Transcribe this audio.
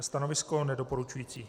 Stanovisko nedoporučující.